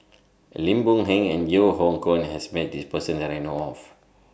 Lim Boon Heng and Yeo Hoe Koon has Met This Person that I know of